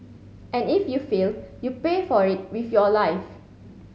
and if you fail you pay for it with your life